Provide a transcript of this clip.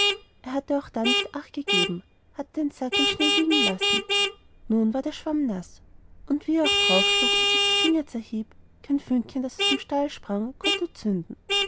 er hatte auch da nicht acht gegeben hatte den sack im schnee liegen lassen nun war der schwamm naß und wie er auch draufschlug und sich die finger zerhieb kein fünkchen das aus dem stahl sprang konnte zünden